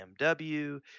BMW